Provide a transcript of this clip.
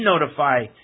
notify